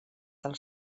del